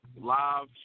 live